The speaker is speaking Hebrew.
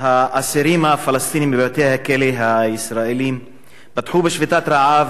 האסירים הפלסטינים בבתי-הכלא הישראלים פתחו בשביתת רעב,